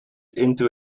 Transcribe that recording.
into